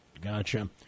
Gotcha